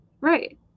right